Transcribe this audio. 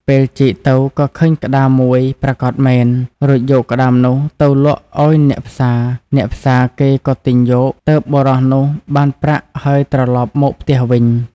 ពេលជីកទៅក៏ឃើញក្ដាមមួយប្រាកដមែន រួចយកក្ដាមនោះទៅលក់ឲ្យអ្នកផ្សារៗគេក៏ទិញយក ទើបបុរសនោះបានប្រាក់ហើយត្រឡប់មកផ្ទះវិញ ។